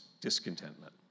discontentment